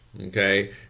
okay